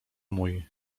mój